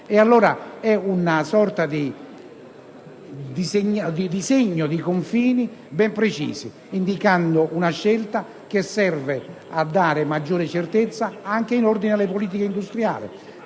Allora è come disegnare confini ben precisi, indicando una scelta che serve a dare maggiore certezza anche in ordine alle politiche industriali,